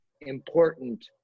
important